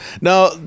Now